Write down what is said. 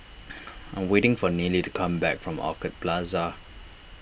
I am waiting for Neely to come back from Orchid Plaza